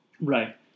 Right